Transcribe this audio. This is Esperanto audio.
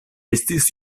estis